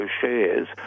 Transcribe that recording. shares